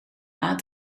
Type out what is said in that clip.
aan